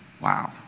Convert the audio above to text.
Wow